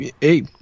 hey